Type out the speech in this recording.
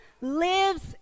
lives